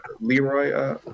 Leroy